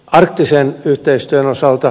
arktisen yhteistyön osalta